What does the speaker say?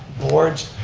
boards,